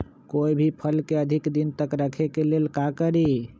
कोई भी फल के अधिक दिन तक रखे के लेल का करी?